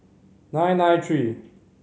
nine nine three